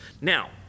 Now